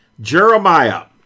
Jeremiah